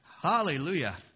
Hallelujah